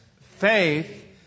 faith